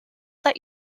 that